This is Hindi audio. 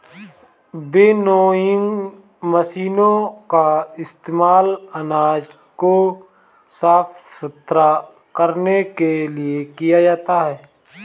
विनोइंग मशीनों का इस्तेमाल अनाज को साफ सुथरा करने के लिए किया जाता है